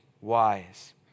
wise